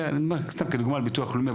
זה אני אומר סתם כדוגמא על הביטוח הלאומי,